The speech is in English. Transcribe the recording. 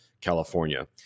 California